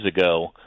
ago